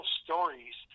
stories